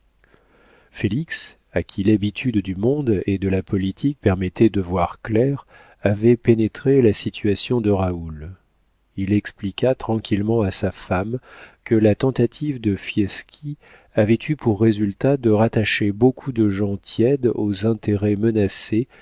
félix à qui l'habitude du monde et de la politique permettait de voir clair avait pénétré la situation de raoul il expliqua tranquillement à sa femme que la tentative de fieschi avait eu pour résultat de rattacher beaucoup de gens tièdes aux intérêts menacés